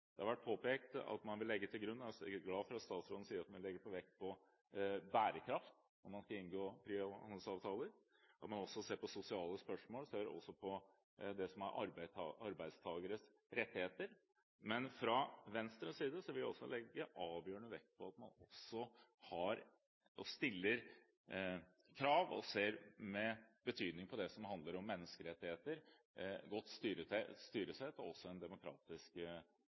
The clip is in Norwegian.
Jeg er glad for at statsråden sier at man legger vekt på bærekraft når man skal inngå frihandelsavtaler, og at man også ser på sosiale spørsmål og arbeidstakeres rettigheter. Men fra Venstres side vil vi legge avgjørende vekt på at man også stiller krav, og at man ser betydningen av det som handler om menneskerettigheter, godt styresett og en demokratisk